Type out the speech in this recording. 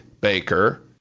baker